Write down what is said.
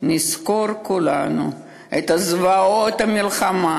נזכור כולנו את זוועות המלחמה,